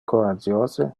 coragiose